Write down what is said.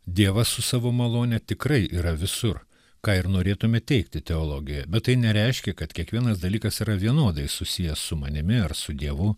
dievas su savo malone tikrai yra visur ką ir norėtume teigti teologijoje bet tai nereiškia kad kiekvienas dalykas yra vienodai susijęs su manimi ar su dievu